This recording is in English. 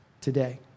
today